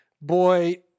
Boy